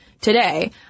today